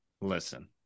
listen